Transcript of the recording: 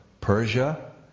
Persia